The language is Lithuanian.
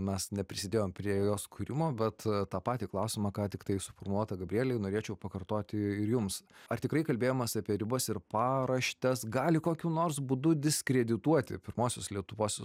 mes neprisidėjom prie jos kūrimo bet tą patį klausimą ką tiktai suformuotą gabrielei norėčiau pakartoti ir jums ar tikrai kalbėjimas apie ribas ir paraštes gali kokiu nors būdu diskredituoti pirmosios lietuvos